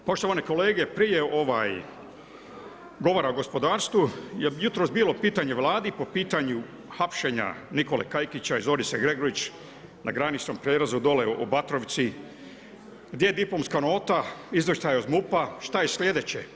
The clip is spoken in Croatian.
Poštovane kolege, prije ovaj govora o gospodarstvu je jutros bilo pitanje Vladi po pitanju hapšenja Nikole Kajkića i Zorice Gregurić na graničnom prijelazu dole u Batrovci, gdje diplomska nota, izvještaj od MUP-a, šta je slijedeće?